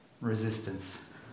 resistance